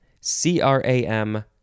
C-R-A-M